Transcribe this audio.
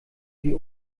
die